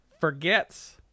forgets